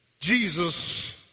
Jesus